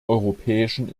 europäischen